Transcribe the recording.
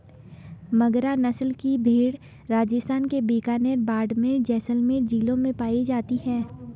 मगरा नस्ल की भेंड़ राजस्थान के बीकानेर, बाड़मेर, जैसलमेर जिलों में पाई जाती हैं